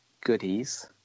goodies